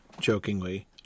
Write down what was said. jokingly